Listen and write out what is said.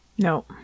No